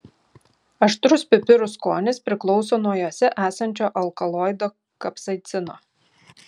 aštrus pipirų skonis priklauso nuo juose esančio alkaloido kapsaicino